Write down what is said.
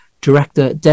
director